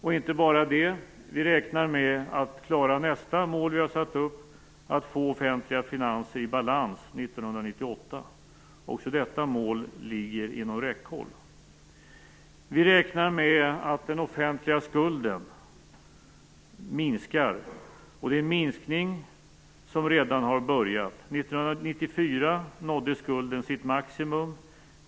Vi räknar även med att klara nästa mål som vi har satt upp, att få offentliga finanser i balans 1998. Också detta mål ligger inom räckhåll. Vi räknar med att den offentliga skulden minskar, och det är en minskning som redan har börjat. 1994 nådde skulden sitt maximum.